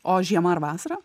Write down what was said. o žiemą ar vasarą